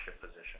position